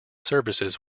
services